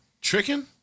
Tricking